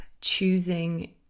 choosing